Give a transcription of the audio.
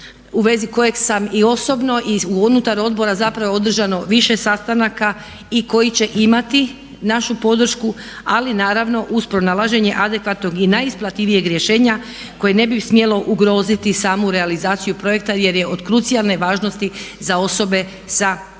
u vezi kojeg sam i osobno i unutar odbora zapravo održano više sastanaka i koji će imati našu podršku, ali naravno uz pronalaženje adekvatnog i najisplativijeg rješenja koje ne bi smjelo ugroziti samu realizaciju projekta jer je od krucijalne važnosti za osobe sa